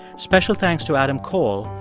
special thanks to adam cole,